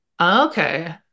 okay